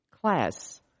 class